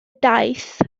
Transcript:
daeth